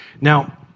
Now